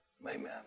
Amen